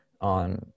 on